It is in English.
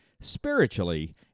spiritually